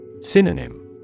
Synonym